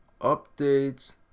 Updates